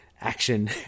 action